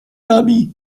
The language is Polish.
nami